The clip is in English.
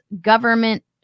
government